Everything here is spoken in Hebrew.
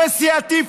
חברי סיעתי,